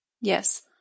yes